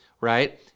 right